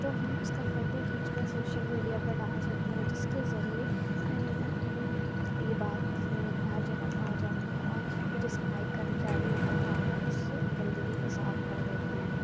تو ہم اُس کا فوٹو کھینچ کر سوشل میڈیا پر ڈال سکتے ہیں جس کے ذریعے یہ بات ہر جگہ پہنچ جاتی ہے اور جو صفائی کرمچاری ہوتے ہیں وہ آ کر اُس گندگی کو صاف کر دیتے ہیں